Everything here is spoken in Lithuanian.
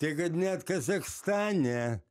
tai kad net kazachstane